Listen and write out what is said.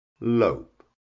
lope